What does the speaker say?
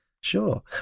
sure